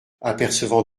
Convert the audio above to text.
apercevant